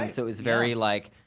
um so it was very like,